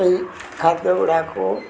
ଏଇ ଖାଦ୍ୟ ଗୁଡ଼ାକ